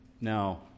now